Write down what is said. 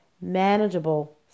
manageable